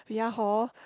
ya hor